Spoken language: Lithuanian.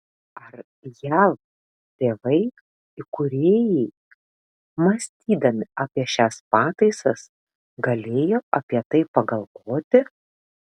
ar jav tėvai įkūrėjai mąstydami apie šias pataisas galėjo apie tai pagalvoti